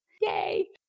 Yay